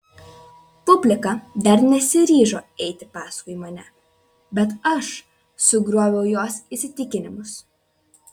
publika dar nesiryžo eiti paskui mane bet aš sugrioviau jos įsitikinimus